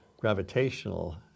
gravitational